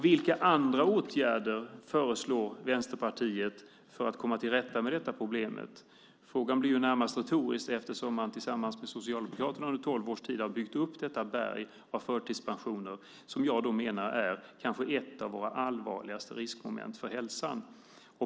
Vilka andra åtgärder föreslår Vänsterpartiet för att komma till rätta med detta problem? Frågan blir närmast retorisk, eftersom man tillsammans med Socialdemokraterna under tolv års tid har byggt upp detta berg av förtidspensioner som jag menar är kanske ett av våra allvarligaste riskmoment för hälsan.